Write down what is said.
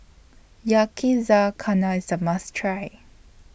Yakizakana IS A must Try